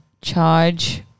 charge